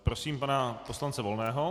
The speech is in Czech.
Prosím pana poslance Volného.